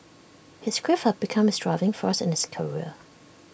his grief had become his driving force in his career